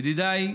ידידיי,